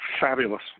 Fabulous